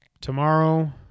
Tomorrow